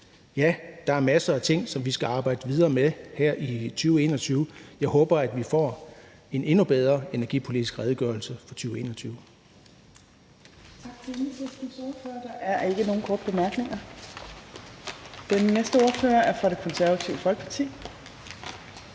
Der er masser af ting, vi skal arbejde videre med her i 2021. Jeg håber, at vi får en endnu bedre energipolitisk redegørelse 2022.